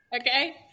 Okay